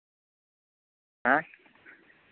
ᱦᱮᱸ